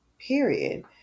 period